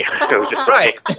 Right